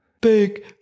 big